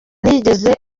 ntiyigeze